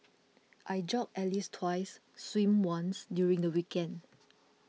I jog at least twice swim once during the weekend